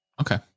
Okay